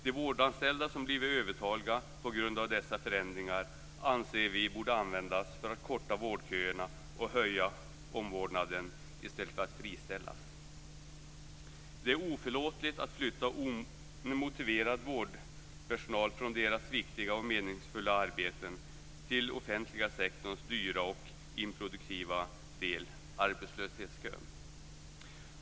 De vårdanställda som blivit övertaliga på grund av dessa förändringar anser vi borde användas för att korta vårdköer och höja omvårdnaden i stället för att friställas. Det är oförlåtligt att flytta motiverad vårdpersonal från deras viktiga och meningsfulla arbeten till den offentliga sektorns dyra och improduktiva del, arbetslöshetskön.